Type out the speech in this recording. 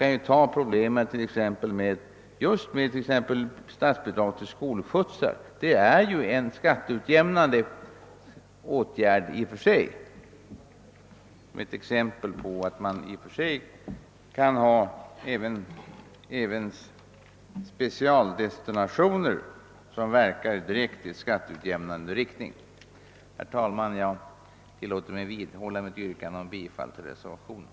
Jag kan som exempel nämna statsbidrag till skolskjutsar, som i och för sig är skatteutjämnande. Herr talman! Jag vidhåller mitt yrkande om bifall till reservationen.